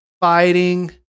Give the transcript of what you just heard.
fighting